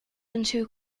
into